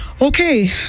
Okay